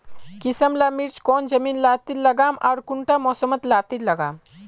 किसम ला मिर्चन कौन जमीन लात्तिर लगाम आर कुंटा मौसम लात्तिर लगाम?